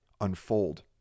unfold